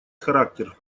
характер